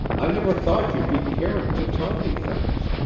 i never thought you'd be carin' to tell me things.